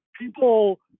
people